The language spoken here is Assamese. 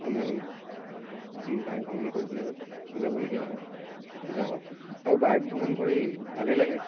বাইক ভ্ৰমণ কৰিবলৈ যাবলগীয়া হয় যাওঁ আৰু বাইক ভ্ৰমণ কৰি ভালেই লাগে